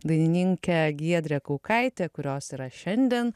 dainininkę giedrę kaukaitę kurios yra šiandien